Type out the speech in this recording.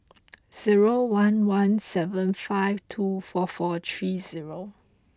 zero one one seven five two four four three zero